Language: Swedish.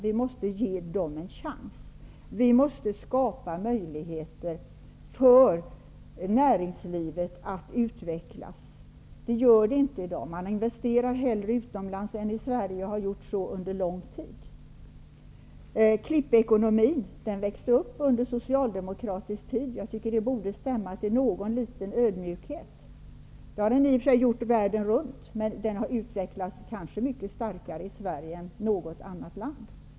Vi måste ge dem en chans. Vi måste skapa möjligheter för näringslivet att utvecklas; det gör det inte i dag. Man investerar hellre utomlands än i Sverige, och har gjort så under lång tid. Klippekonomin växte upp under socialdemokratisk tid. Jag tycker att det borde stämma till någon liten ödmjukhet. Den finns i och för sig världen runt, men den har utvecklats mycket starkare i Sverige än kanske i något annat land.